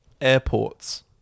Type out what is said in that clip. Airports